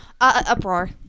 Uproar